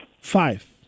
Five